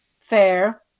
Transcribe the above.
fair